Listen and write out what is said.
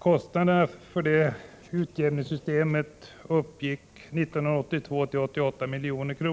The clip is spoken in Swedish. Kostnaderna härför uppgick år 1982 till 88 milj.kr.